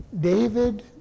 David